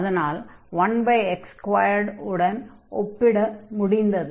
அதனால்தான் 1x2 உடன் ஒப்பிட முடிந்தது